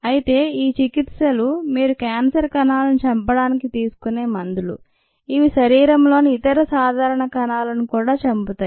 అయితే ఈ చికిత్సలు మీరు క్యాన్సర్ కణాలను చంపడానికి తీసుకునే మందులు ఇవి శరీరంలోని ఇతర సాధారణ కణాలను కూడా చంపతాయి